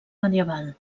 medieval